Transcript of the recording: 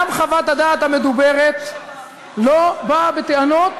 מינהל תקין, גם חוות הדעת המדוברת לא באה בטענות